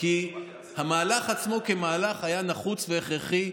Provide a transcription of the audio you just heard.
כי המהלך עצמו כמהלך היה נחוץ והכרחי,